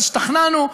אז השתכנענו,